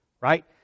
Right